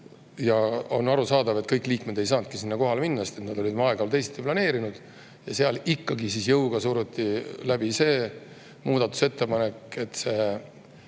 On arusaadav, et kõik liikmed ei saanudki sinna kohale minna, sest nad olid oma aega teisiti planeerinud. Ja seal ikkagi jõuga suruti läbi see muudatusettepanek, et see